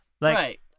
Right